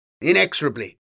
inexorably